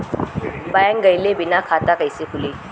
Bank गइले बिना खाता कईसे खुली?